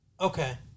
okay